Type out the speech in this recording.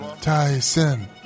Tyson